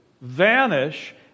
vanish